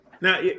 Now